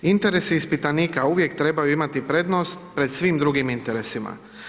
Interes ispitanika uvijek trebaju imati prednost pred svim drugim interesima.